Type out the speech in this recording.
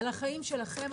על החיים שלכם,